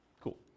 Cool